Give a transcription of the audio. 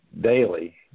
daily